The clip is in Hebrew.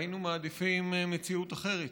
והיינו מעדיפים מציאות אחרת.